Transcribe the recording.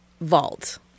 vault